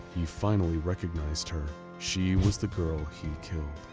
he finally recognized her she was the girl he killed.